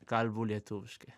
kalbu lietuviškai